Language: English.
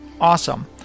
Awesome